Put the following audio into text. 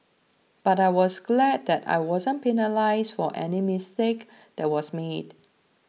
but I was glad that I wasn't penalised for any mistake that was made